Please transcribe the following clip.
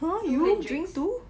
!huh! you only drink two